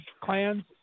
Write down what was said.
clans